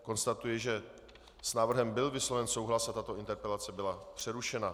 Konstatuji, že s návrhem byl vysloven souhlas a tato interpelace byla přerušena.